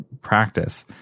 practice